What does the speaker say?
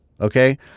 okay